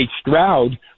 Stroud